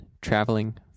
traveling